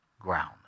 ground